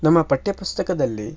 ನಮ್ಮ ಪಠ್ಯಪುಸ್ತಕದಲ್ಲಿ